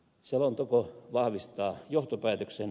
selonteko vahvistaa johtopäätöksen